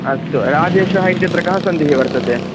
अस्तु राजेशः इत्यत्र कः सन्धिः वर्तते